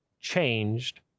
Changed